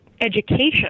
education